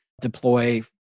deploy